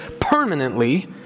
permanently